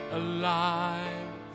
alive